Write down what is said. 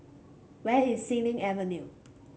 where is Xilin Avenue